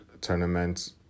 tournament